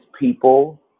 people